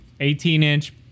18-inch